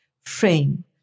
frame